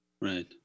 Right